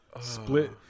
split